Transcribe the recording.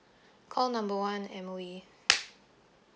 call number one M_O_E